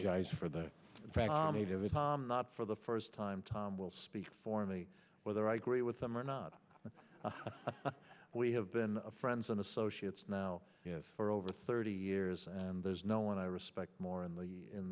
being guys for the facts not for the first time tom will speak for me whether i agree with them or not we have been friends and associates now for over thirty years and there's no one i respect more in the in